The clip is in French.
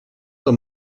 dans